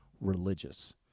religious